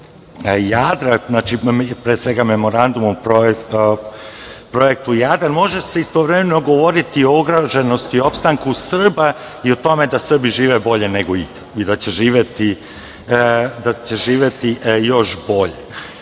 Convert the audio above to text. Jadra. Znači, pre svega memorandum o projektu Jadar. Može se istovremeno govoriti o ugroženosti i opstanku Srba i o tome da Srbi žive bolje ikad i da će živeti još bolje.